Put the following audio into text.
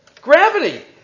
Gravity